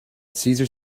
cesar